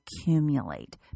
accumulate